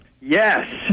Yes